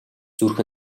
зүрх